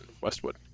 westwood